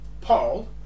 paul